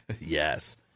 Yes